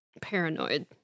paranoid